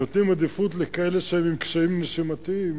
נותנים עדיפות לכאלה שהם עם קשיים נשימתיים,